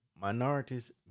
minorities